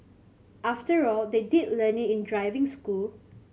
after all they did learn in driving school